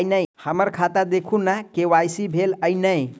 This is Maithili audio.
हम्मर खाता देखू नै के.वाई.सी भेल अई नै?